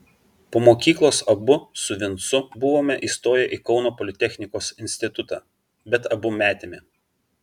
po mokyklos abu su vincu buvome įstoję į kauno politechnikos institutą bet abu metėme